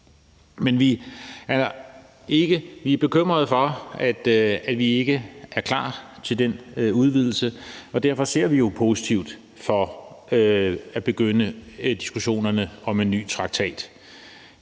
Men vi er bekymrede for, at vi ikke er klar til den udvidelse, og derfor ser vi positivt på at begynde diskussionerne om en ny traktat.